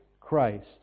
Christ